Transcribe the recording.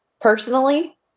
Personally